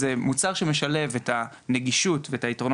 זה מוצר שמשלב את הנגישות ואת היתרונות